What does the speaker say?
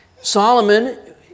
Solomon